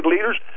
leaders